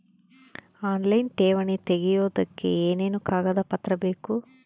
Online ಠೇವಣಿ ತೆಗಿಯೋದಕ್ಕೆ ಏನೇನು ಕಾಗದಪತ್ರ ಬೇಕು?